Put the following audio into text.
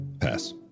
Pass